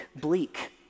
bleak